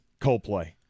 Coldplay